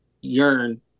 yearn